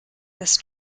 this